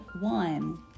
one